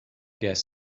gas